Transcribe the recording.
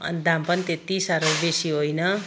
अनि दाम पनि त्यति सारो बेसी होइन